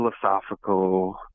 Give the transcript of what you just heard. philosophical